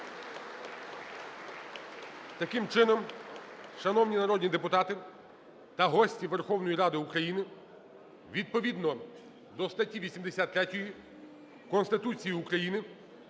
Таким чином, шановні народні депутати та гості Верховної Ради України, відповідно до статті 83 Конституції України